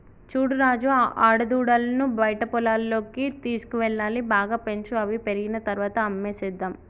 చూడు రాజు ఆడదూడలను బయట పొలాల్లోకి తీసుకువెళ్లాలి బాగా పెంచు అవి పెరిగిన తర్వాత అమ్మేసేద్దాము